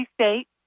State